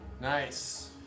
Nice